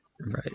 right